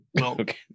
Okay